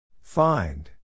Find